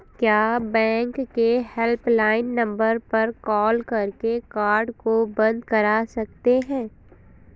क्या बैंक के helpline number पर कॉल करके कार्ड को बंद करा सकते हैं?